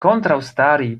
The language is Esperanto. kontraŭstari